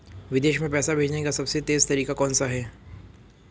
विदेश में पैसा भेजने का सबसे तेज़ तरीका कौनसा है?